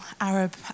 Arab